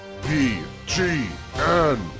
BGN